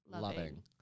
loving